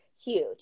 huge